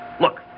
Look